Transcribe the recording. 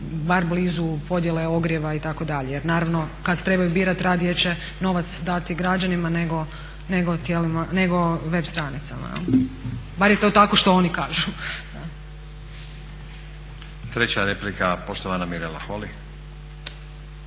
bar blizu podjele ogrijeva itd. Jer naravno kad trebaju birati radije će novac dati građanima nego tijelima, nego web stranicama. Bar je to tako što oni kažu. **Stazić, Nenad (SDP)** Treća replika, poštovana Mirela Holy.